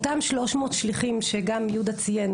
אותם 300 שליחים שגם יהודה ציין,